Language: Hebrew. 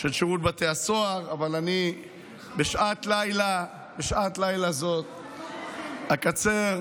של שירות בתי הסוהר, אבל בשעת לילה זו אני אקצר.